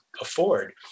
afford